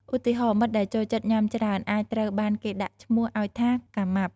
ឧទាហរណ៍ មិត្តដែលចូលចិត្តញ៉ាំច្រើនអាចត្រូវបានគេដាក់ឈ្មោះឱ្យថា “កាម៉ាប់”។